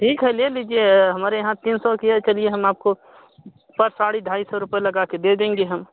ठीक है ले लीजिए हमारे यहाँ तीन सौ की है चलिए हम आपको पर साड़ी ढाई सौ पर लगा के दे देंगे हम